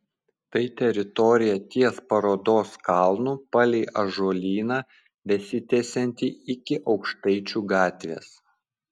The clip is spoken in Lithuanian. tai teritorija ties parodos kalnu palei ąžuolyną besitęsianti iki aukštaičių gatvės